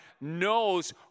knows